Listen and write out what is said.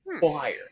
fire